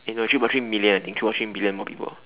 eh no three point three million I think three million more people